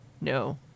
no